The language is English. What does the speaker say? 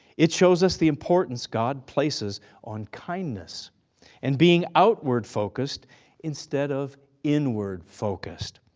it shows us the importance god places on kindness and being outward-focused instead of inward-focused.